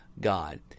God